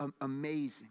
amazing